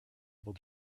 able